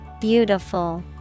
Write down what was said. beautiful